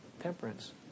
temperance